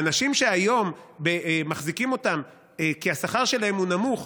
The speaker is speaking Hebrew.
האנשים שהיום מחזיקים אותם כי השכר שלהם הוא נמוך,